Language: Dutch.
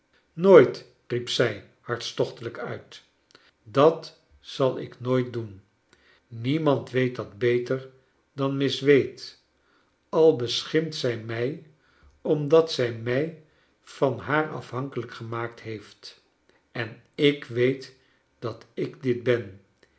nooit riep zij hartstochtelijk uit dat zal ik nooit doen niemand weet dat beter dan miss wade al beschimpt zij mij omdat zij mij van haar afhankelijk gemaakt heeft en ik weet dat ik dit ben